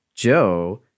Joe